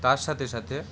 তার সাথে সাথে